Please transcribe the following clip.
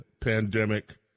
pandemic